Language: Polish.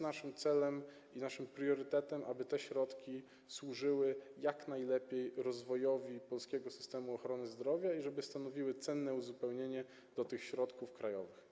Naszym celem i priorytetem jest to, aby te środki służyły jak najlepiej rozwojowi polskiego systemu ochrony zdrowia i aby stanowiły cenne uzupełnienie środków krajowych.